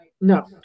no